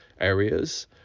areas